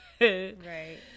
Right